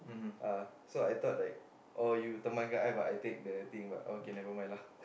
uh so I thought like oh you temankan I but I take the thing but okay never mind lah